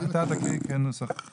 שמחריגה את כל אלה שלא מקבלים 100% אלא